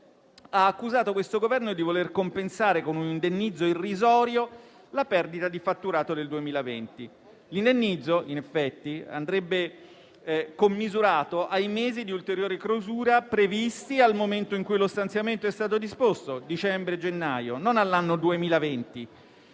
ha accusato questo Governo di voler compensare con un indennizzo irrisorio la perdita di fatturato del 2020. L'indennizzo, in effetti, andrebbe commisurato ai mesi di ulteriori clausura previsti al momento in cui lo stanziamento è stato disposto (dicembre-gennaio) e non all'anno 2020.